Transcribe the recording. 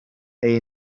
neu